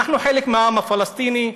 אנחנו חלק מהעם הפלסטיני.